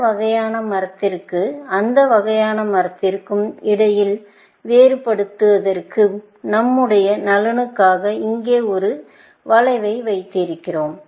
இந்த வகையான மரத்திற்கும் அந்த வகையான மரத்திற்கும் இடையில் வேறுபடுவதற்கு நம்முடைய நலனுக்காக இங்கே ஒரு வளைவை வைக்கிறோம்